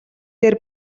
дээр